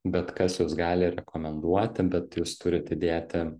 bet kas jus gali rekomenduoti bet jūs turit įdėti